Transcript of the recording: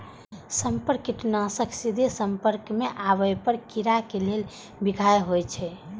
संपर्क कीटनाशक सीधे संपर्क मे आबै पर कीड़ा के लेल बिखाह होइ छै